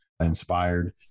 inspired